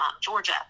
Georgia